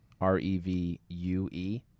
R-E-V-U-E